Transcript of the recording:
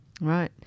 Right